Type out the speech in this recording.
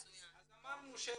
אז אמרנו שרושמים,